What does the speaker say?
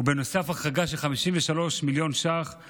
ובנוסף, החרגה של 53 מיליון שקלים